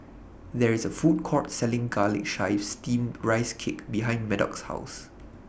There IS A Food Court Selling Garlic Chives Steamed Rice Cake behind Maddox's House